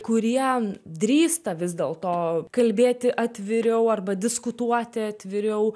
kurie drįsta vis dėlto kalbėti atviriau arba diskutuoti atviriau